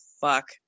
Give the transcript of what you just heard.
fuck